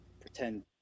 pretend